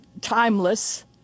timeless